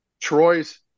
Troy's